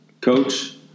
Coach